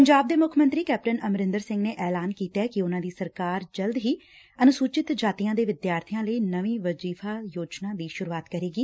ਪੰਜਾਬ ਦੇ ਮੁੱਖ ਮੰਤਰੀ ਕੈਪਟਨ ਅਮਰਿੰਦਰ ਸਿੰਘ ਨੇ ਐਲਾਨ ਕੀਤਾ ਕਿ ਉਨੁਾਂ ਦੀ ਸਰਕਾਰ ਜਲਦ ਹੀ ਅਨੁਸੁਚਿਤ ਜਾਤੀਆਂ ਦੇ ਵਿਦਿਆਰਥੀਆਂ ਲਈ ਨਵੀ ਵਜ਼ੀਫਾ ਸਕੀਮ ਦੀ ਸ਼ੁਰੁਆਤ ਕਰੇਗੀ